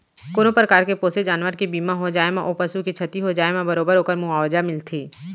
कोनों परकार के पोसे जानवर के बीमा हो जाए म ओ पसु के छति हो जाए म बरोबर ओकर मुवावजा मिलथे